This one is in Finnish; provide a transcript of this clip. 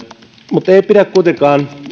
mutta ei pidä kuitenkaan